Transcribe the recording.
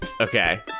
Okay